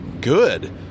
good